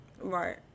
Right